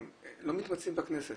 הם לא מתמצאים בכנסת,